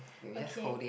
okay